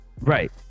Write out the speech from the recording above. right